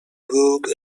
book